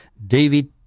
David